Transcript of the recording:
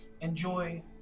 Enjoy